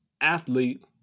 athlete